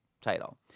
title